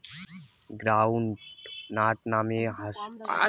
ground nut মানে হসে চীনা বাদাম হামরা খাই